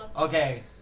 Okay